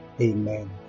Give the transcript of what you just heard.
Amen